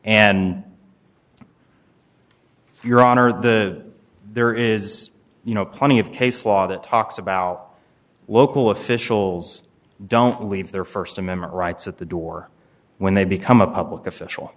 and your honor the there is you know plenty of case law that talks about local officials don't leave their st amendment rights at the door when they become a public official